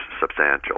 substantial